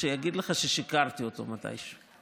שיגיד לך ששיקרתי לו מתישהו.